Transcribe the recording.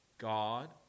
God